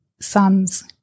son's